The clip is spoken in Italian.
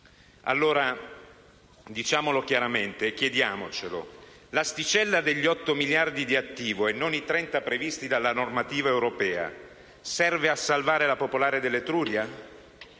allora chiaramente e chiediamocelo: l'asticella degli otto miliardi di attivo, anziché i 30 previsti dalla normativa europea, serve a salvare la Banca popolare dell'Etruria?